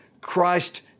Christ